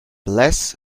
bless